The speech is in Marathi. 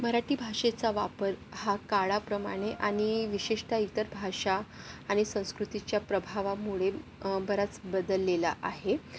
मराठी भाषेचा वापर हा काळाप्रमाणे आणि विशेषतः इतर भाषा आणि संस्कृतीच्या प्रभावामुळे बराच बदललेला आहे